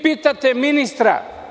Pitate ministra.